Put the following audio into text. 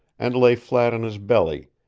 and lay flat on his belly,